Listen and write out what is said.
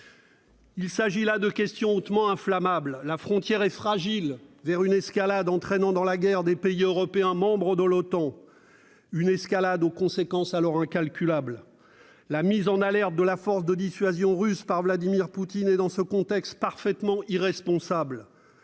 Il s'agit là de questions hautement inflammables. La frontière est fragile vers une escalade entraînant dans la guerre des pays européens membres de l'OTAN, une escalade aux conséquences alors incalculables. La mise en alerte de la force de dissuasion russe par Vladimir Poutine est, dans ce contexte, parfaitement irresponsable.